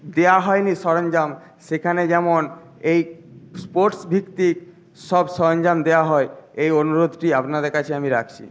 দেওয়া হয়নি সরঞ্জাম সেখানে যেন এই স্পোর্টসভিত্তিক সব সরঞ্জাম দেওয়া হয় এই অনুরোধটি আপনাদের কাছে আমি রাখছি